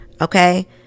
okay